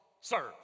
serve